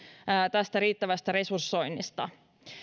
tästä riittävästä resursoinnista